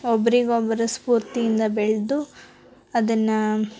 ಒಬ್ಬರಿಗೊಬ್ರು ಸ್ಫೂರ್ತಿಯಿಂದ ಬೆಳೆದು ಅದನ್ನು